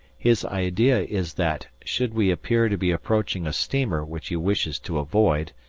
his idea is that, should we appear to be approaching a steamer which he wishes to avoid,